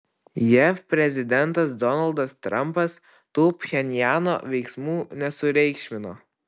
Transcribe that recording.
jav prezidentas donaldas trampas tų pchenjano veiksmų nesureikšmino